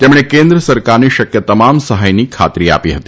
તેમણે કેન્દ્ર સરકારની શક્ય તમામ સહાયની ખાતરી આપી હતી